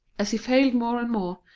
as he failed more and more,